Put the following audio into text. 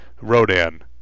Rodan